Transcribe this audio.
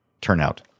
turnout